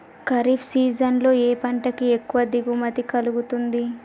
Kharif season లో ఏ పంట కి ఎక్కువ దిగుమతి కలుగుతుంది?